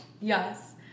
yes